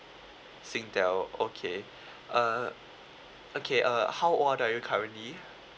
singtel okay uh okay uh how old are you currently